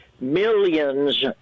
millions